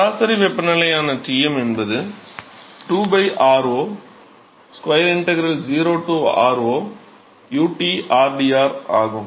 சராசரி வெப்பநிலையான Tm என்பது 2 r0 square integral 0 r0 uT rdrஆகும்